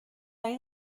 این